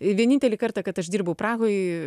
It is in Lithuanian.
vienintelį kartą kad aš dirbau prahoj